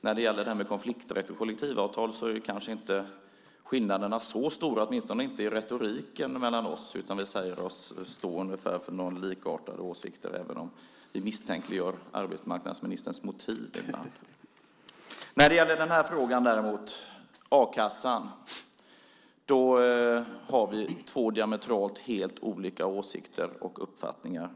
När det gäller konflikträtt och kollektivavtal är kanske inte skillnaderna så stora mellan oss, åtminstone inte i retoriken. Vi säger oss stå för likartade åsikter, även om vi misstänkliggör arbetsmarknadsministerns motiv ibland. När det gäller den här frågan, a-kassan, har vi däremot två diametralt olika åsikter och uppfattningar.